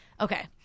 Okay